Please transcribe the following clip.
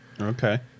Okay